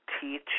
teach